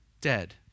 dead